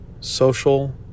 social